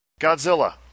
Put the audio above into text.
Godzilla